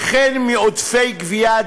וכן מעודפי גבייה,